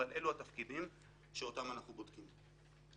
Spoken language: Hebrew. אבל אלו התפקידים שאותם אנחנו בודקים.